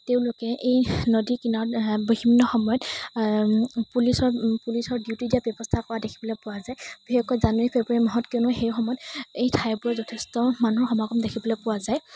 তেওঁলোকে এই নদীৰ কিনাৰত বিভিন্ন সময়ত পুলিচৰ পুলিচৰ ডিউটি দিয়াৰ ব্যৱস্থা কৰা দেখিবলৈ পোৱা যায় বিশেষকৈ জানুৱাৰী ফেব্ৰুৱাৰী মাহত কিয়নো সেই সময়ত এই ঠাইবোৰত যথেষ্ট মানুহৰ সমাগম দেখিবলৈ পোৱা যায়